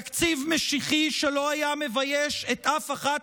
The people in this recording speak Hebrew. תקציב משיחי שלא היה מבייש את אף אחת